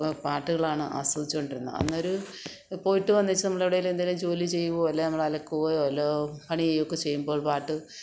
പാട്ടുകളാണ് ആസ്വദിച്ചോണ്ടിരുന്നത് അന്നേരോം പോയിട്ട് വന്നേച്ച് നമ്മളെവിടേലുമെന്തേലും ജോലി ചെയ്യുകയോ അല്ലെങ്കില് നമ്മളലക്കുകയോ വല്ലോ പണിയൊക്കെ ചെയ്യുമ്പോൾ പാട്ട്